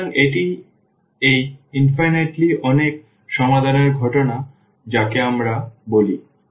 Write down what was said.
সুতরাং এখন এটি এই অসীম অনেক সমাধানের ঘটনা যাকে আমরা বলি